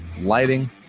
lighting